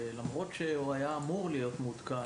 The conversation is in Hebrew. למרות שהוא היה אמור להיות מעודכן,